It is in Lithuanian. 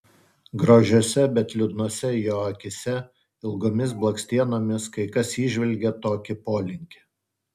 gražiose bet liūdnose jo akyse ilgomis blakstienomis kai kas įžvelgia tokį polinkį